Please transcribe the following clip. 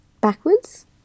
backwards